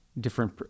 different